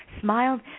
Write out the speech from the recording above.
Smiled